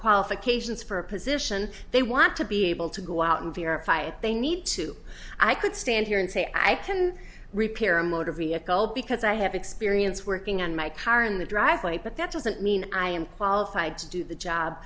qualifications for a position they want to be able to go out and verify they need to i could stand here and say i can repair a motor vehicle because i have experience working on my car in the driveway but that doesn't mean i am qualified to do the job